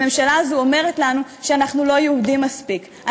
הממשלה הזו אומרת לנו שאנחנו לא יהודים מספיק.